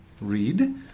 read